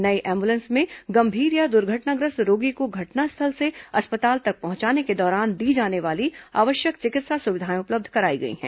नई एंबुलेंस में गंभीर या दुर्घटनाग्रस्त रोगी को घटनास्थल से अस्पताल तक पहुंचाने के दौरान दी जाने वाली आवश्यक चिकित्सा सुविधाएं उपलब्ध कराई गई हैं